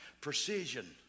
precision